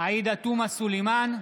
עאידה תומא סלימאן,